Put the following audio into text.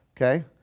okay